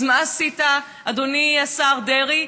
אז מה עשית, אדוני השר דרעי?